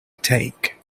take